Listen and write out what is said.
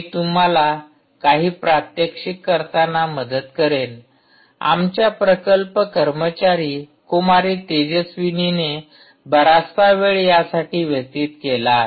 मी तुम्हाला काही प्रात्यक्षिक करताना मदत करेन आमच्या प्रकल्प कर्मचारी कुमारी तेजस्विनीने बराचसा वेळ यासाठी व्यतीत केला आहे